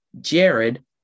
Jared